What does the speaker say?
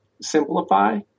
simplify